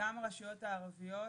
גם הרשויות הערביות,